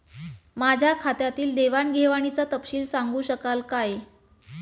माझ्या खात्यातील देवाणघेवाणीचा तपशील सांगू शकाल काय?